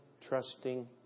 trusting